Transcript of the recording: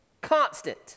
constant